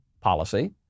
policy